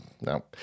no